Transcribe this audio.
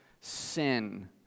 sin